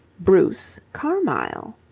bruce carmyle.